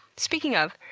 speaking of,